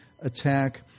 attack